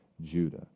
Judah